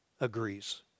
agrees